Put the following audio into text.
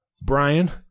brian